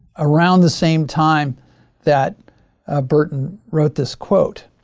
around the same time that ah burton wrote this quote.